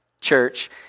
church